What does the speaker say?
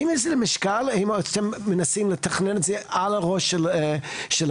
האם יש לזה משקל או שאתם מנסים לתכנן את זה על הראש של העיר?